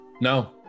No